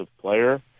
player